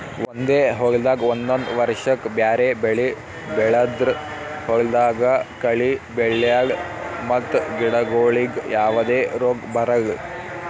ಒಂದೇ ಹೊಲ್ದಾಗ್ ಒಂದೊಂದ್ ವರ್ಷಕ್ಕ್ ಬ್ಯಾರೆ ಬೆಳಿ ಬೆಳದ್ರ್ ಹೊಲ್ದಾಗ ಕಳಿ ಬೆಳ್ಯಾಲ್ ಮತ್ತ್ ಗಿಡಗೋಳಿಗ್ ಯಾವದೇ ರೋಗ್ ಬರಲ್